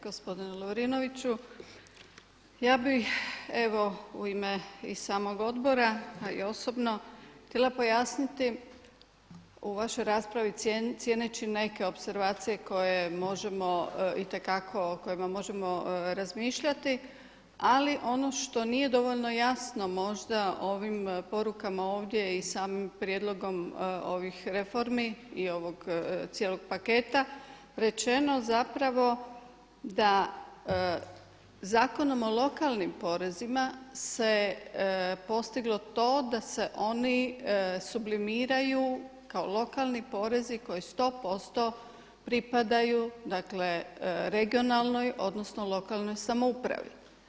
Gospodine Lovrinoviću, ja bih evo u ime i samog odbora a i osobno htjela pojasniti u vašoj raspravi cijeneći neke opservacije koje možemo itekako, o kojima možemo razmišljati ali ono što nije dovoljno jasno možda ovim porukama ovdje i samim prijedlogom ovih reformi i ovog cijelog paketa rečeno zapravo da Zakonom o lokalnim porezima se postiglo to da se oni sublimiraju kao lokalni porezi koji 100% pripadaju dakle regionalnoj odnosno lokalnoj samoupravi.